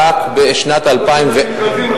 רק בשנת 2010, מכרזים עכשיו.